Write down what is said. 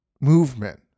movement